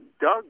Doug